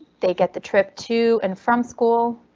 they get the trip to and from school,